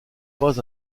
pas